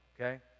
okay